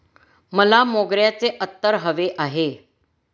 मला मोगऱ्याचे अत्तर हवे आहे